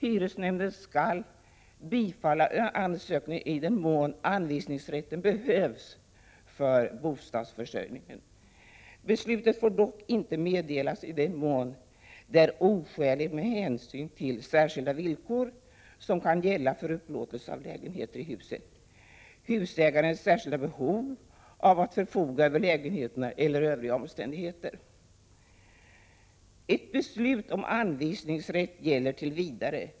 Hyresnämnden skall bifalla ansökan i den mån anvisningsrätten behövs för bostadsförsörjningen. Beslut får dock inte meddelas i den mån det är oskäligt med hänsyn till särskilda villkor som kan gälla för upplåtelse av lägenheterna i huset, husägarens särskilda behov av att förfoga över lägenheterna eller övriga omständigheter. Ett beslut om anvisningsrätt gäller tills vidare.